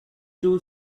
two